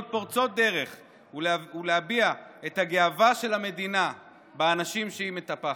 פורצות דרך ולהביע את הגאווה של המדינה באנשים שהיא מטפחת.